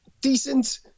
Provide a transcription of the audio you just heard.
Decent